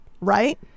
right